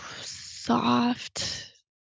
Soft